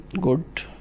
good